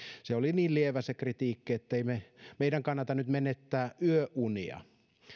se kritiikki oli niin lievä ettei meidän kannata nyt menettää yöunia